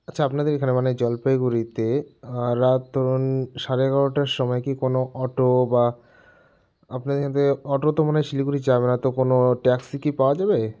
আচ্ছা আপনাদের এখানে মানে জলপাইগুড়িতে রাত ধরুন সাড়ে এগারোটার সময় কি কোনো অটো বা আপনাদের এখান থেকে অটো তো মনে হয় শিলিগুড়ি যাবে না তো কোনো ট্যাক্সি কি পাওয়া যাবে